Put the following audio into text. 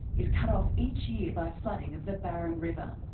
is cut off each year by flooding of the barron river.